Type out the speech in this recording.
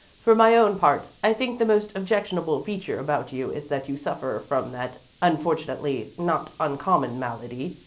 for my own part, i think the most objectionable feature about you is that you suffer from that unfortunately not uncommon malady,